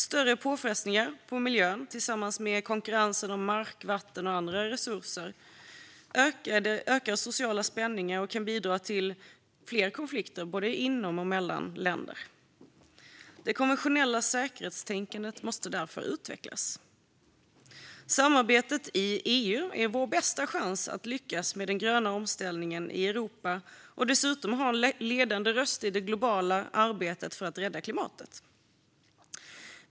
Större påfrestningar på miljön tillsammans med konkurrensen om mark, vatten och andra resurser ökar sociala spänningar och kan bidra till fler konflikter både inom och mellan länder. Det konventionella säkerhetstänkandet måste därför utvecklas. Samarbetet i EU är vår bästa chans att lyckas med den gröna omställningen i Europa och dessutom ha en ledande röst i det globala arbetet för att rädda klimatet.